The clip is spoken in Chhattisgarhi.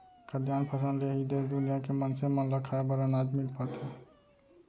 खाद्यान फसल ले ही देस दुनिया के मनसे मन ल खाए बर अनाज मिल पाथे